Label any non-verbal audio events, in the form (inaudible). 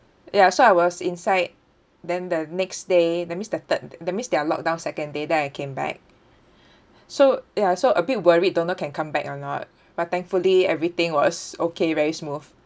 ya so I was inside then the next day that means the third d~ that means their lockdown second day then I came back (breath) so ya so a bit worried don't know can come back or not but thankfully everything was okay very smooth